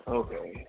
okay